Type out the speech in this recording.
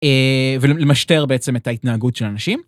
ולמשטר בעצם את ההתנהגות של אנשים.